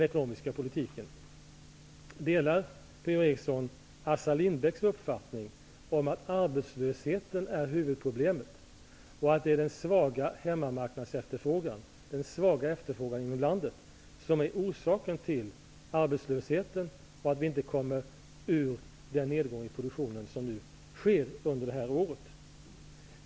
Assar Lindbecks uppfattning om att arbetslösheten är huvudproblemet, och att det är den svaga hemmamarknadsefterfrågan som är orsaken till arbetslösheten och till att vi inte kommer ur den nedgång i produktionen som nu sker under detta år?